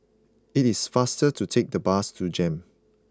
it is faster to take the bus to Jem